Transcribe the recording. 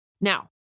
Now